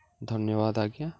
ଧନ୍ୟବାଦ୍ ଆଜ୍ଞା